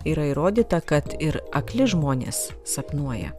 yra įrodyta kad ir akli žmonės sapnuoja